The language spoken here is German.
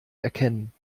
erkennen